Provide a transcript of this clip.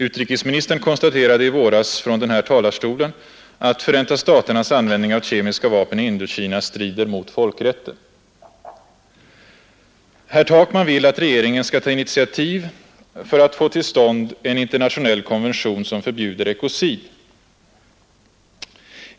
Utrikesministern konstaterade i våras från den här talarstolen att Förenta staternas användning av kemiska vapen i Indokina strider mot folkrätten. Herr Takman vill nu att regeringen skall ta initiativ för att få till stånd en internationell konvention som förbjuder ekocid.